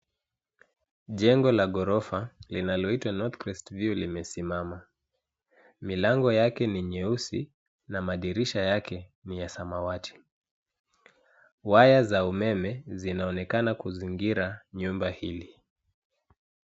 Jengo la ghorofa linaloitwa North Crest View limesimama. Milango yake ni nyeusi na madirisha yake ni ya samawati. Waya za umeme zinaonekana kuzingira nyumba hili.